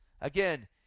again